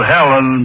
Helen